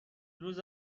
روز